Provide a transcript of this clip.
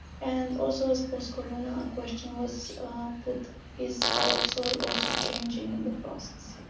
and also as post-corona, a question was put is our soul also changing in the process?